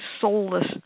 soulless